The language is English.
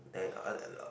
there are a lot